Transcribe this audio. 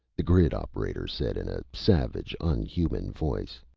the grid operator said in a savage, unhuman voice